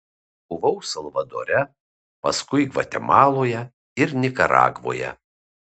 buvau salvadore paskui gvatemaloje ir nikaragvoje